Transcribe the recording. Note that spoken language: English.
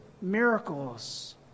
miracles